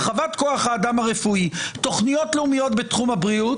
הרחבת כוח האדם הרפואי; תוכניות לאומיות בתחום הבריאות.